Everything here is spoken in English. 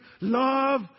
love